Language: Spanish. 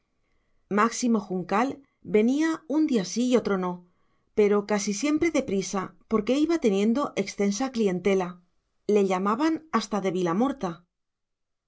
máximo juncal venía un día sí y otro no pero casi siempre de prisa porque iba teniendo extensa clientela le llamaban hasta de